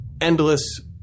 endless